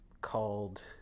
called